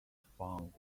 found